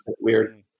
weird